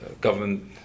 government